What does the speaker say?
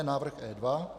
Návrh E2.